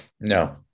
no